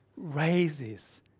Raises